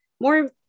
more